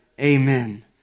Amen